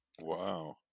wow